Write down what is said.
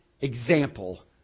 example